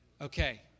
Okay